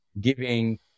giving